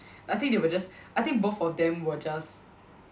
I think they were just I think both of them were just